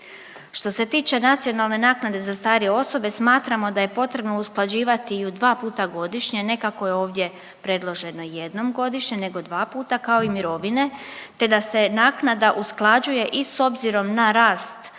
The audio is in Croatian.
Što se tiče nacionalne naknade za starije osobe smatramo da je potrebno usklađivati je dva puta godišnje, ne kako ja ovdje predloženo jednom godišnje nego dva puta kao i mirovine, te da se naknada usklađuje i s obzirom na rast bruto